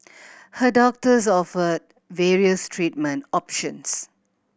her doctors offered various treatment options